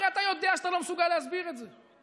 הרי אתה יודע שאתה לא מסוגל להסביר את זה.